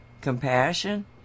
compassion